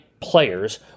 players